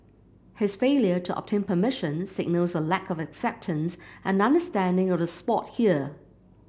his failure to obtain permission signals a lack of acceptance and understanding of the sport here